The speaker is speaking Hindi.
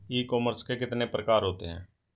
ई कॉमर्स के कितने प्रकार होते हैं?